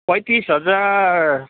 पैँतिस हजार